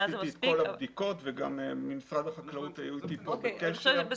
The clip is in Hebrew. עשיתי את כל הבדיקות וגם ממשרד החקלאות היו אתי בקשר.